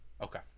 Okay